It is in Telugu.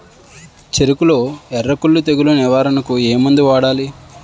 చెఱకులో ఎర్రకుళ్ళు తెగులు నివారణకు ఏ మందు వాడాలి?